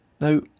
Now